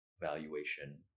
valuation